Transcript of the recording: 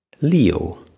Leo